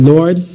Lord